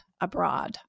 abroad